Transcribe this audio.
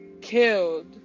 killed